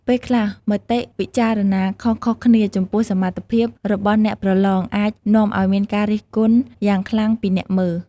ពេលខ្លះមតិវិចារណាខុសៗគ្នាចំពោះសមត្ថភាពរបស់អ្នកប្រឡងអាចនាំឱ្យមានការរិះគន់យ៉ាងខ្លាំងពីអ្នកមើល។